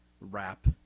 wrap